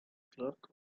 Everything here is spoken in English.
clerk